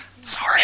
Sorry